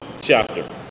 chapter